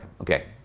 Okay